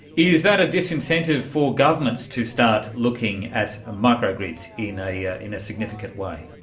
is that a disincentive for governments to start looking at ah micro-grids you know yeah in a significant way?